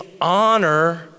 honor